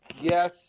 Yes